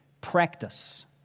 Practice